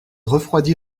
refroidit